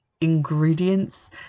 ingredients